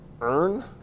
earn